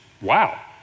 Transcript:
wow